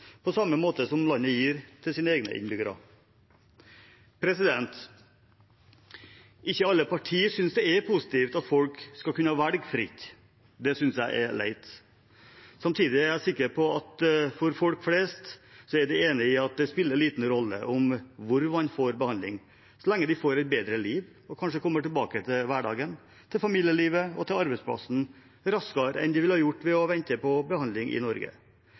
på samme måte som landet gir til sine egne innbyggere. Ikke alle partier synes det er positivt at folk skal kunne velge fritt. Det synes jeg er leit. Samtidig er jeg sikker på at folk flest er enig i at det spiller liten rolle hvor man får behandling, så lenge man får et bedre liv og kanskje kommer tilbake til hverdagen, til familielivet og til arbeidsplassen raskere enn man ville gjort ved å vente på behandling i Norge.